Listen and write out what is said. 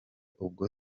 ubwo